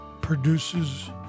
produces